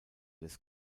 des